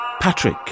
Patrick